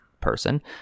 person